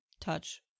touch